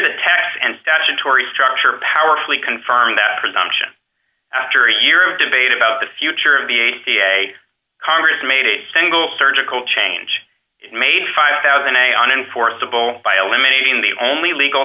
the test and statutory structure powerfully confirm that presumption after a year of debate about the future of the a p a congress made a single surgical change it made five thousand dollars a on enforceable by eliminating the only legal